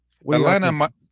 Atlanta